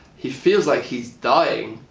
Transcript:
he feels like he's dying,